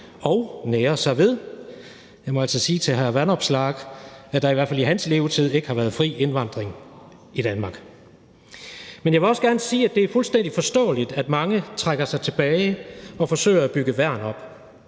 Vanopslagh, at der i hvert fald i hans levetid ikke har været fri indvandring i Danmark, men jeg vil også gerne sige, at det er fuldstændig forståeligt, at mange trækker sig tilbage og forsøger at bygge værn op.